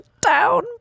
down